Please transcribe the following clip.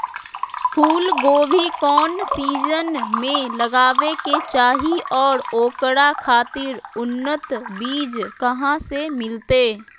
फूलगोभी कौन सीजन में लगावे के चाही और ओकरा खातिर उन्नत बिज कहा से मिलते?